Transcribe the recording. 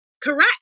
Correct